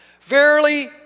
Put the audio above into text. Verily